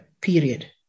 period